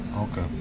Okay